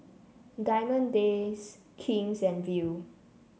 Diamond Days King's and Viu